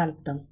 కలుపుతాం